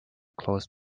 closed